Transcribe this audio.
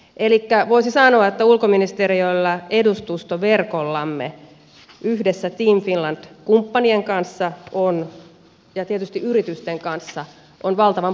elikkä voisi sanoa että ulkoministeriöllä edustustoverkollamme yhdessä team finland kumppanien kanssa ja tietysti yritysten kanssa on valtavan paljon työsarkaa